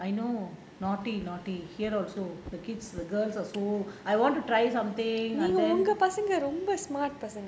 I know naughty naughty here also the kids the girls are so I want to try something and then